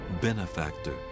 benefactor